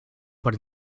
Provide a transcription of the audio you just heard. but